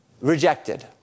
rejected